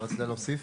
אתה רצית להוסיף?